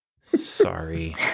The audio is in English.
Sorry